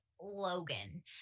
Logan